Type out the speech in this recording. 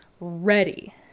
ready